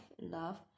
love